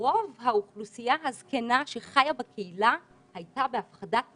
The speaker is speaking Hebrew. רוב האוכלוסייה הזקנה שחיה בקהילה הייתה בהפחדת יתר.